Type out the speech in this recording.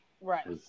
Right